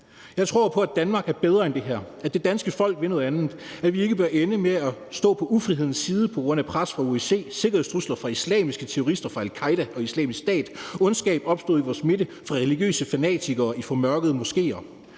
Jeg tror på, at Danmark er bedre end det her, at det danske folk vil noget andet, at vi ikke bør ende med at stå på ufrihedens side på grund af pres fra OIC, sikkerhedstrusler fra islamiske terrorister fra al-Qaeda og Islamisk Stat; ondskab opstået i vores midte fra religiøse fanatikere i formørkede moskéer.